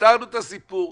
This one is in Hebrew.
פתרנו את הסיפור,